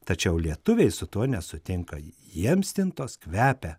tačiau lietuviai su tuo nesutinka jiems stintos kvepia